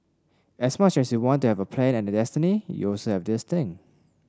as much as you want to have a plan and a destiny you also have this thing